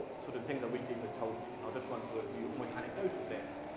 sort of things i wish people had told me, and i'll just run through a few, almost anecdotal bits,